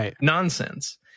nonsense